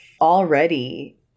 already